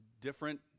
different